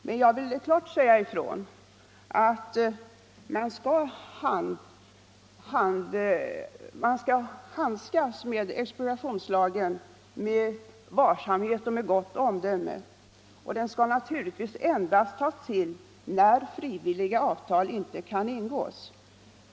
Jag vill emellertid klart säga ifrån att man skall handha expropriationslagen med varsamhet och med gott omdöme, och den skall naturligtvis endast tas till när frivilliga avtal inte kan ingås.